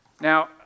Now